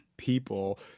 people